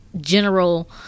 general